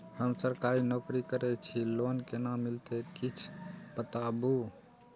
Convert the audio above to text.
हम सरकारी नौकरी करै छी लोन केना मिलते कीछ बताबु?